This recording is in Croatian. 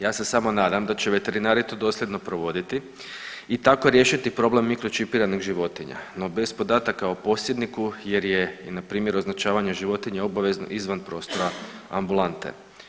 Ja se samo nadam da će veterinari to dosljedno provoditi i tako riješiti problem mikročipiranih životinja, no bez podataka o posjedniku jer je i na primjeru označavanja životinja obavezno izvan prostora ambulante.